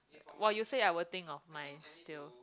while you say I will think of mine still